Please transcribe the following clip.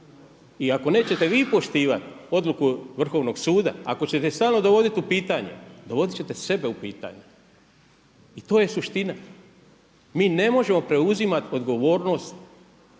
i ako nećete vi poštivati odluku Vrhovnog suda, ako ćete stalno dovoditi u pitanje, dovodit ćete sebe u pitanje i to je suština. Mi ne možemo preuzimati odgovornost